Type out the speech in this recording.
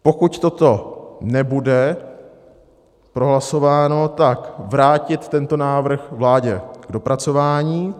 Pokud toto nebude prohlasováno, tak vrátit tento návrh vládě k dopracování.